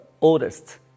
oldest